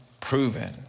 proven